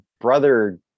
brother